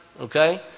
Okay